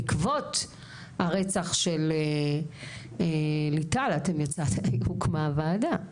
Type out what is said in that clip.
בעקבות הרצח של ליטל הוקמה הוועדה.